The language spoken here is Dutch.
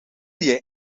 jij